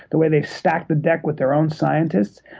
the way they've stacked the deck with their own scientists,